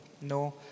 no